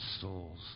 souls